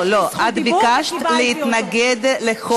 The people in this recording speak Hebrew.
לא, לא, את ביקשת להתנגד לחוק.